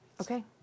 Okay